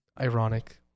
Ironic